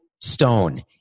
stone